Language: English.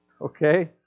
Okay